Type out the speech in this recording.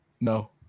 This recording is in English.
No